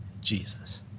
Jesus